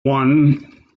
one